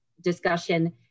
discussion